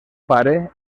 pare